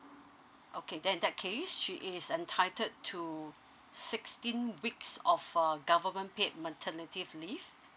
okay then in that case she is entitled to sixteen weeks of uh government paid maternity leave